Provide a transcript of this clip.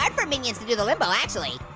um for minions to do the limbo, actually.